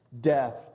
death